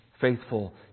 faithful